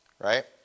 right